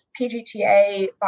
PGTA